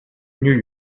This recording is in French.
new